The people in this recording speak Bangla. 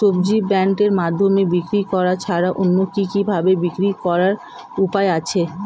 সবজি বন্ডের মাধ্যমে বিক্রি করা ছাড়া অন্য কি কি ভাবে বিক্রি করার উপায় আছে?